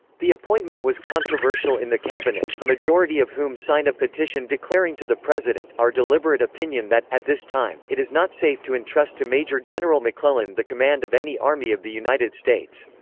the appointment was controversial in the cabinet, a majority of whom signed a petition declaring to the president our deliberate opinion that, at this time, it is not safe to entrust to major general mcclellan the command of any army of the united states.